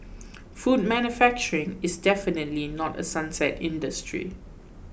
food manufacturing is definitely not a sunset industry